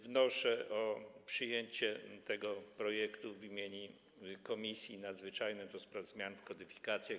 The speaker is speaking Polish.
Wnoszę o przyjęcie tego projektu w imieniu Komisji Nadzwyczajnej do spraw zmian w kodyfikacjach.